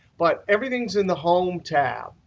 but everything's in the home tab,